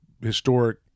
historic